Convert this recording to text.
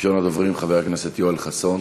ראשון הדוברים, חבר הכנסת יואל חסון,